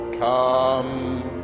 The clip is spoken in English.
come